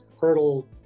Hurdle